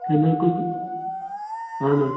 chemical اہَن حظ